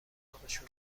عقدشون